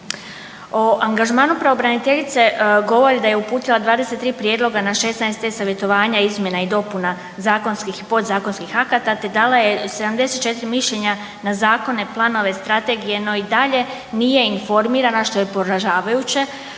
O angažmanu pravobraniteljice govori da je uputila 23 prijedloga na 16 e-Savjetovanja izmjena i dopuna zakonskih, podzakonskih akata te dala je 74 mišljenja na zakone, planove, strategije no i dalje nije informirana, što je poražavajuće,